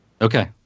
Okay